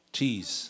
Cheese